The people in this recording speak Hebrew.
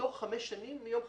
בתוך חמש שנים מיום חקיקתם.